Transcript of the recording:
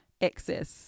Excess